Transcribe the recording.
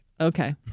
Okay